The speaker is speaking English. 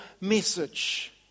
message